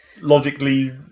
logically